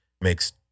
makes